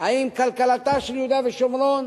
האם כלכלתה של יהודה ושומרון,